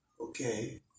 okay